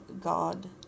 God